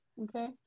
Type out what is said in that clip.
okay